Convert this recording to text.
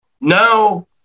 now